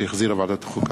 שהחזירה ועדת החוקה,